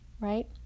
right